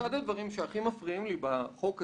אחד הדברים שהכי מפריעים לי בחוק הזה,